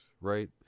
right